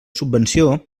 subvenció